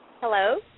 Hello